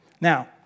Now